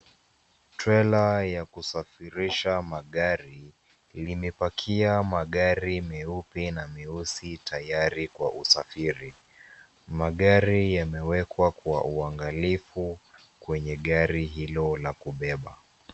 Trela ya kusafirisha magari limepakia magari meupe na meusi tayari kwa usafiri. Magari yamewekwa kwa uangalifu kwenye gari hilo la kubeba.